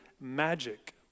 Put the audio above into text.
magic